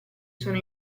sono